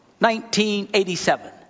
1987